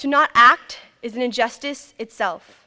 to not act is an injustice itself